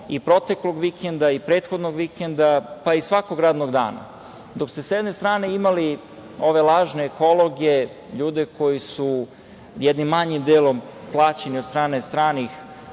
i proteklog vikenda i prethodnog vikenda, pa i svakog radnog dana. Dok ste sa jedne strane imali ove lažne ekologe, ljude koji su jednim manjim delom plaćeni od strane stranih